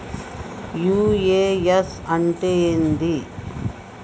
UAN అంటే ఏంది?